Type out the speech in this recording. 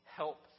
help